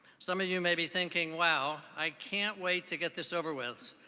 some of you may be thinking wow i can't wait to get this over with.